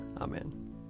Amen